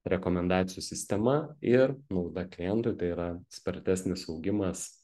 rekomendacijų sistema ir nauda klientui tai yra spartesnis augimas